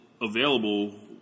available